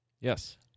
yes